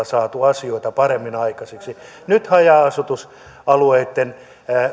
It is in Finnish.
saatu asioita paremmin aikaiseksi nyt haja asutusalueitten